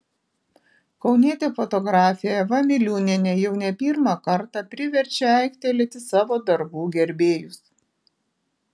kaunietė fotografė eva miliūnienė jau ne pirmą kartą priverčia aiktelėti savo darbų gerbėjus